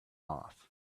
off